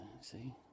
see